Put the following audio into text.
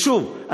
ושוב,